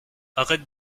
arrête